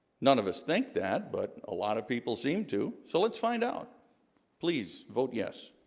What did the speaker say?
none of us think that but a lot of people seem to so let's find out please vote yes